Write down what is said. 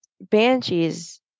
banshee's